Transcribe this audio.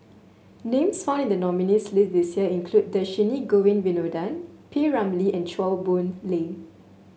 names found in the nominees' list this year include Dhershini Govin Winodan P Ramlee and Chua Boon Lay